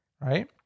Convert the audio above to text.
right